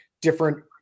different